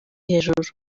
hejuru